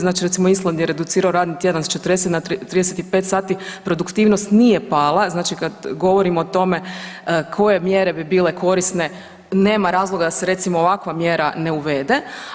Znači recimo Island je reducirao radni tjedan s 40 na 35 sati, produktivnost nije pala, znači kad govorimo o tome koje mjere bi bile korisne nema razloga da se recimo ovakva mjera ne uvede.